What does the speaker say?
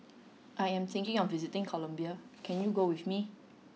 I am thinking of visiting Colombia can you go with me